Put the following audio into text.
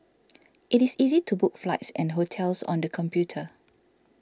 it is easy to book flights and hotels on the computer